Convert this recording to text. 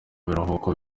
biruhuko